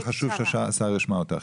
אבל חשוב שהשר ישמע אותך.